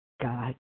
God